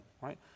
right